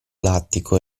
lattico